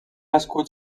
escut